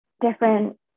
different